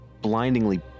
blindingly